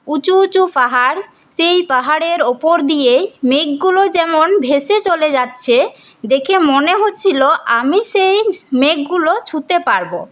উঁচু উঁচু পাহাড় সেই পাহাড়ের ওপর দিয়েই মেঘগুলো যেমন ভেসে চলে যাচ্ছে দেখে মনে হচ্ছিল আমি সেই মেঘগুলো ছুঁতে পারব